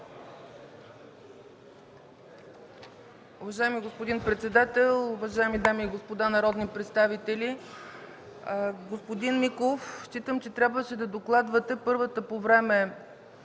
Уважаеми господин председател, уважаеми дами и господа народни представители! Господин Миков, считам, че трябваше да докладвате първото по време